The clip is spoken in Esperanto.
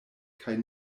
kaj